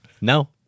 No